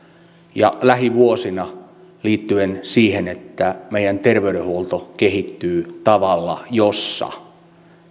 ja lähivuosina liittyen siihen että meidän terveydenhuoltomme kehittyy tavalla jossa